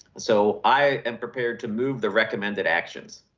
so i am prepared to move the recommended actions.